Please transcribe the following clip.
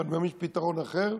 ואני מאמין שפתרון אחר,